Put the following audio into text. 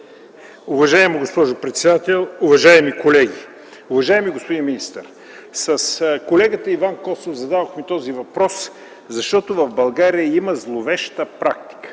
Уважаема госпожо председател, уважаеми колеги, уважаеми господин министър! С колегата Иван Костов зададохме този въпрос, защото в България има зловеща практика.